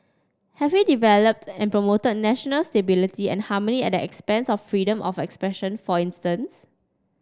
have we developed and promoted national stability and harmony at the expense of freedom of expression for instance